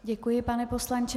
Děkuji pane poslanče.